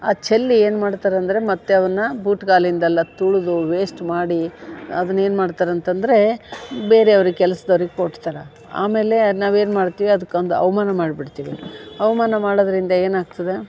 ಚೆಲ್ಲಿ ಏನು ಮಾಡ್ತಾರಂದರೆ ಮತ್ತು ಅವ್ನ ಬೂಟ್ಕಾಲಿಂದಲ್ಲ ತುಳ್ದು ವೇಸ್ಟ್ ಮಾಡಿ ಅದನ್ನ ಏನು ಮಾಡ್ತಾರಂತಂದರೆ ಬೇರೆಯವ್ರಿಗಗೆ ಕೆಲ್ಸ್ದವ್ರಿಗೆ ಕೊಡ್ತಾರೆ ಆಮೇಲೆ ನಾವೇನು ಮಾಡ್ತೀವಿ ಅದಕ್ಕೊಂದು ಅವಮಾನ ಮಾಡ್ಬಿಡ್ತೀವಿ ಅವಮಾನ ಮಾಡೋದರಿಂದ ಏನಾಗ್ತದೆ